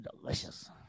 delicious